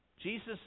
Jesus